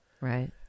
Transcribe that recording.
Right